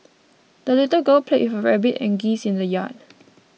the little girl played with her rabbit and geese in the yard